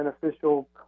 beneficial